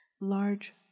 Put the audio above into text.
large